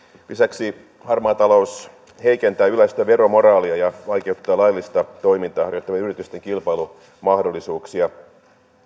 lisäksi harmaa talous heikentää yleistä veromoraalia ja vaikeuttaa laillista toimintaa harjoittavien yritysten kilpailumahdollisuuksia